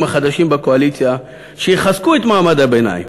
החדשים בקואליציה שיחזקו את מעמד הביניים,